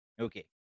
okay